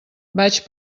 vaig